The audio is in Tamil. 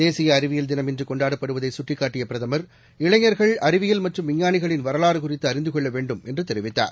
தேசியஅறிவியல் தினம் இன்றுகொண்டாடப்படுவதைகட்டிக்காட்டியபிரதமர் இளைஞர்கள் அறிவியல் மற்றும் விஞ்ஞானிகளின் வரலாறுகுறித்துஅறிந்துகொள்ளவேண்டும் என்றுதெரிவித்தார்